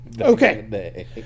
Okay